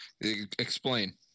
explain